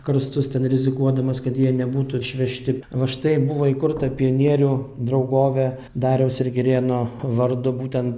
karstus ten rizikuodamas kad jie nebūtų išvežti va štai buvo įkurta pionierių draugovė dariaus ir girėno vardu būten